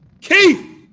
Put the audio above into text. keith